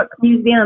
Museum